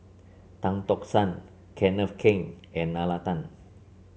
Tan Tock San Kenneth Keng and Nalla Tan